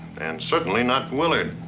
and certainly not willard.